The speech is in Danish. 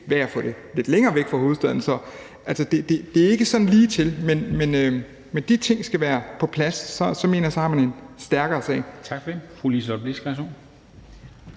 ved at få det lidt længere væk fra hovedstaden. Så det er ikke sådan lige til. Men de ting skal være på plads, og så mener jeg, at man har en stærkere sag.